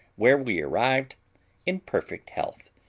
where we arrived in perfect health,